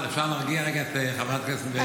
אפשר להרגיע רגע את חברת הכנסת מירב?